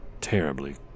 Terribly